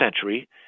century